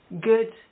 good